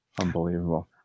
Unbelievable